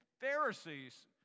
Pharisees